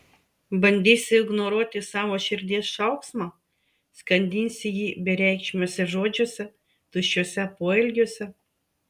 bandysi ignoruoti savo širdies šauksmą skandinsi jį bereikšmiuose žodžiuose tuščiuose poelgiuose